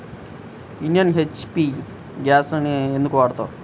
Indian, HP గ్యాస్లనే ఎందుకు వాడతాము?